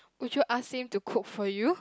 would you ask him to cook for you